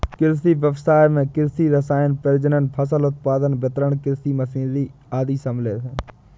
कृषि व्ययसाय में कृषि रसायन, प्रजनन, फसल उत्पादन, वितरण, कृषि मशीनरी आदि शामिल है